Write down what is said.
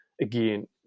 again